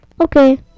Okay